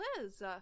liz